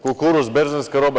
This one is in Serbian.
Kukuruz, jel berzanska roba?